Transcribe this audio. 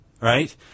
right